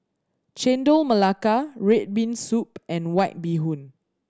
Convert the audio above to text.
Chendol Melaka red bean soup and White Bee Hoon